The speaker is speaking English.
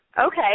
Okay